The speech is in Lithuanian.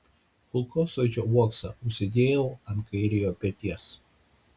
kulkosvaidžio uoksą užsidėjau ant kairiojo peties